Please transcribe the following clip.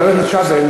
חבר הכנסת כבל,